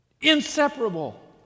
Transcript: Inseparable